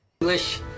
english